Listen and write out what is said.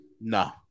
No